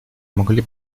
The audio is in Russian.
могли